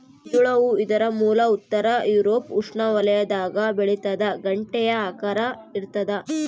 ಮಂಜುಳ ಹೂ ಇದರ ಮೂಲ ಉತ್ತರ ಯೂರೋಪ್ ಉಷ್ಣವಲಯದಾಗ ಬೆಳಿತಾದ ಗಂಟೆಯ ಆಕಾರ ಇರ್ತಾದ